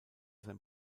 sein